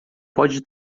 pode